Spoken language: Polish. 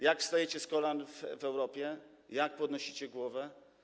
Jak wstajecie z kolan w Europie, jak podnosicie głowę?